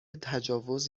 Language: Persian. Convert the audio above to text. تجاوز